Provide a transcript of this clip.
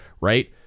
Right